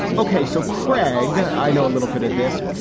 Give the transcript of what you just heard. ok, so creg. i know a little bit of this.